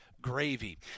gravy